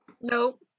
Nope